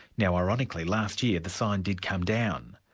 now ironically, last year the sign did come down.